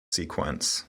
sequence